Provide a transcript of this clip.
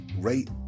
rate